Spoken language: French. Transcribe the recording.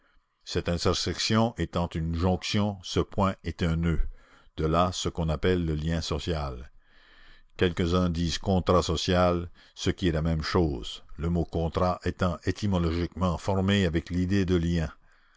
cette intersection étant une jonction ce point est un noeud de là ce qu'on appelle le lien social quelques-uns disent contrat social ce qui est la même chose le mot contrat étant étymologiquement formé avec l'idée de lien